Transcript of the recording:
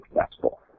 successful